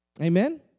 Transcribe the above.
Amen